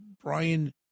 Brian